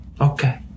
Okay